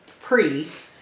priest